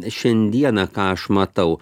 šiandieną ką aš matau